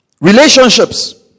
Relationships